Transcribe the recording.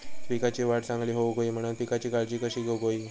पिकाची वाढ चांगली होऊक होई म्हणान पिकाची काळजी कशी घेऊक होई?